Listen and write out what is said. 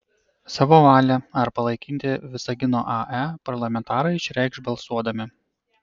savo valią ar palaikyti visagino ae parlamentarai išreikš balsuodami